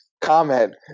comment